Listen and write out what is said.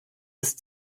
ist